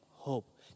Hope